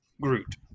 Groot